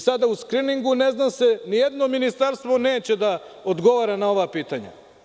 Sada se u skriningu ne zna, nijedno ministarstvo neće da odgovara na ova pitanja.